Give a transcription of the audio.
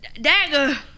dagger